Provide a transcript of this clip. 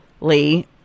Lee